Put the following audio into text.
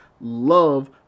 love